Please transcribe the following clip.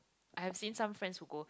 I have seen some friends who go